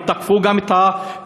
הם תקפו גם את הגברים,